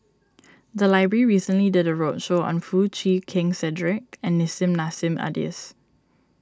the library recently did a roadshow on Foo Chee Keng Cedric and Nissim Nassim Adis